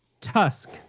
Tusk